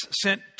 sent